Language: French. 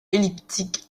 elliptique